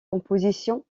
compositions